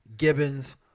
gibbons